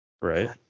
Right